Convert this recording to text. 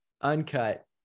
uncut